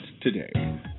today